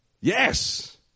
Yes